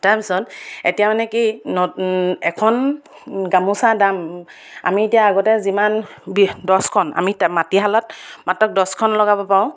তাৰপিছত এতিয়া মানে কি ন এখন গামোচাৰ দাম আমি এতিয়া আগতে যিমান বি দহখন আমি মাটিশালত মাত্ৰ দহখন লগাব পাৰোঁ